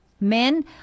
Men